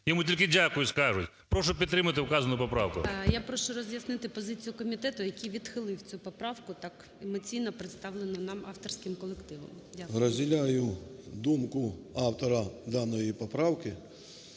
йому тільки дякую скажуть. Прошу підтримати вказану поправку. ГОЛОВУЮЧИЙ. Я прошу роз'яснити позицію комітету, який відхилив цю поправку, так емоційно представлену нам авторським колективом. Дякую. 13:45:58 ПАЛАМАРЧУК М.П. Розділяю думку автора даної поправки.